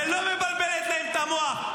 ולא מבלבלת להם את המוח.